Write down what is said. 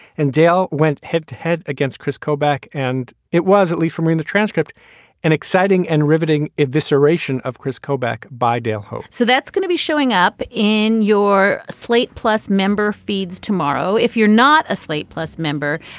and dale went head to head against kris kobach, and it was at least him. read the transcript and exciting and riveting evisceration of kris kobach by dale ho so that's going to be showing up in your slate plus member feeds tomorrow if you're not a slate plus member.